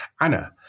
Anna